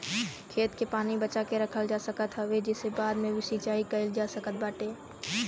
खेत के पानी बचा के रखल जा सकत हवे जेसे बाद में भी सिंचाई कईल जा सकत बाटे